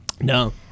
No